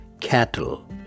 cattle